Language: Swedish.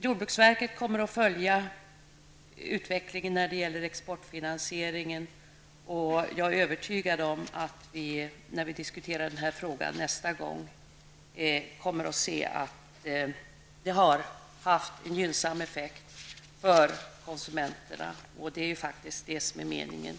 Jordbrukets myndigheter kommer att följa utvecklingen av exportfinansieringen, och jag är övertygad om att vi när vi diskuterar den här frågan nästa gång kommer att se att den har haft en gynnsam effekt för konsumenterna. Det är också faktiskt också det som är meningen.